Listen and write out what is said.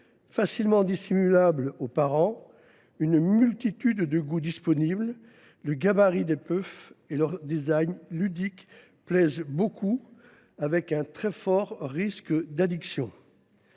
facilement dissimulable aux parents, multitude de goûts disponibles : le gabarit des puffs et leur design ludique plaisent beaucoup, avec un très fort risque d’addiction.